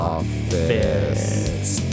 Office